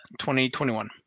2021